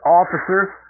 officers